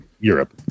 Europe